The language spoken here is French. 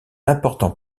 important